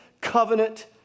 covenant